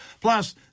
Plus